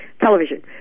Television